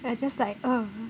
I just like